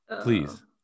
Please